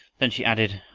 then she added,